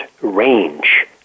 range